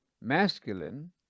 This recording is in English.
masculine